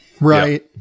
right